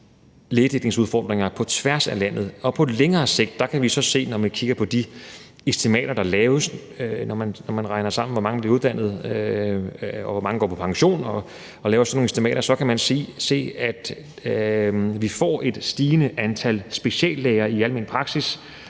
lægedækningsudfordringer på tværs af landet, og på længere sigt kan vi så se – når vi kigger på de estimater, der er lavet, hvor man regner sammen, hvor mange der bliver lægeuddannede, og hvor mange der går på pension, og så laver sådan nogle estimater – at vi får et stigende antal speciallæger i almen praksis.